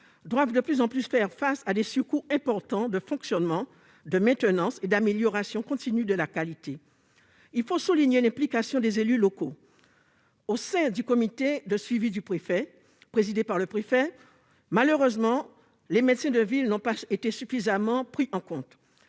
doivent en outre faire face à des surcoûts importants liés au fonctionnement, à la maintenance et à l'amélioration continue de la qualité. Il faut souligner l'implication des élus locaux au sein du comité de suivi présidé par le préfet. Malheureusement, les médecins de ville n'ont pas été suffisamment pris en compte.